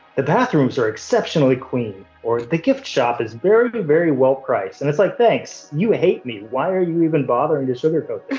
the bathrooms are exceptionally clean. or, the gift shop is very but very well priced. and it's like, thanks, you hate me, why are you even bothering to sugarcoat